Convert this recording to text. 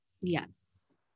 Yes